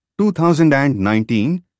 2019